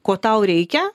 ko tau reikia